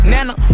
Nana